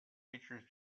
features